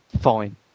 fine